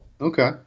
Okay